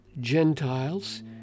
Gentiles